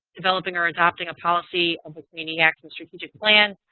developing or adopting a policy of community action strategic plan.